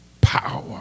power